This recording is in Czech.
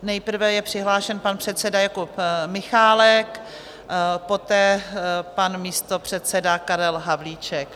Nejprve je přihlášen pan předseda Jakub Michálek, poté pan místopředseda Karel Havlíček.